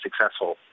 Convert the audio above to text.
successful